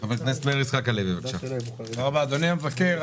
אדוני המבקר,